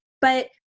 but-